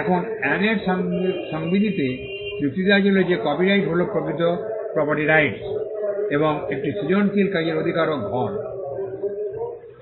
এখন অ্যানের সংবিধিতে যুক্তি দেওয়া হয়েছিল যে কপিরাইট হল প্রকৃত প্রপার্টি রাইটস এবং একটি সৃজনশীল কাজের অধিকারকে ঘর